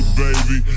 baby